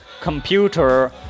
computer